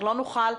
לא נוכל,